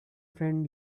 friend